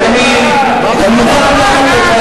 אני מוכן לקחת את דברי בחזרה, אם